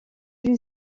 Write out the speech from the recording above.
une